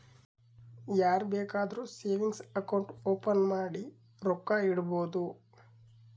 ಯಾರ್ ಬೇಕಾದ್ರೂ savings account open ಮಾಡಿ ರೊಕ್ಕಾ ಇಡ್ಬೋದು